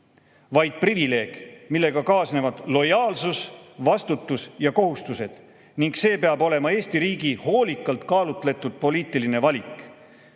vaid privileeg, millega kaasnevad lojaalsus, vastutus ja kohustused. See peab olema Eesti riigi hoolikalt kaalutletud poliitiline valik,